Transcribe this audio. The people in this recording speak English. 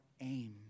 aim